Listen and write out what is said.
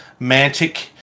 Mantic